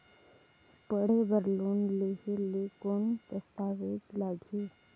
पढ़े बर लोन लहे ले कौन दस्तावेज लगही?